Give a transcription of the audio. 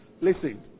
Listen